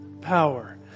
power